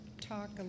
talk